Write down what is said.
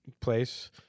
place